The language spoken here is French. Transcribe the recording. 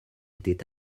étaient